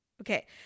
okay